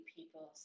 people